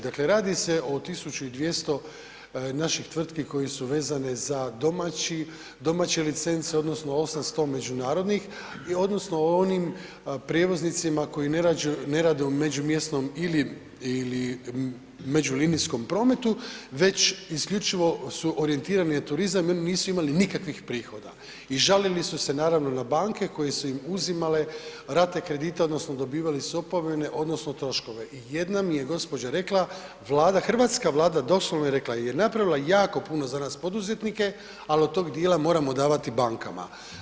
Dakle, radi se o 1.200 naših tvrtki koje su vezane za domaće licence odnosno 800 međunarodnih odnosno o onim prijevoznicima koji ne rade u međumjesnom ili međulinijskom prometu već isključivo su orijentirani na turizam i oni nisu imali nikakvih prihoda i žalili su se naravno na banke koje su im uzimale rate kredita odnosno dobivali su opomene odnosno troškove i jedna mi je gospođa rekla, Vlada, Hrvatska vlada, doslovno je rekla, je napravila jako puno za nas poduzetnike, al od tog dijela moramo davati bankama.